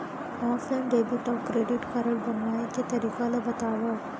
Offline debit अऊ credit card बनवाए के तरीका ल बतावव?